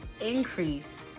Increased